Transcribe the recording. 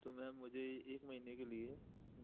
तो ma'am ma'am मुझे एक महीने के लिए